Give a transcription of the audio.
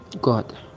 God